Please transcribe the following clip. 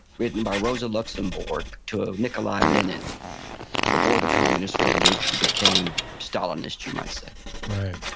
written by rosa luxemburg to ah nikolai lenin before the communist revolution became stalinist, you might say right.